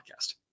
podcast